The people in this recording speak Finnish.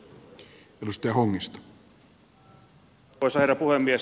arvoisa herra puhemies